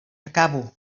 acabo